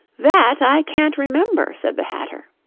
that i can't remember said the hatter.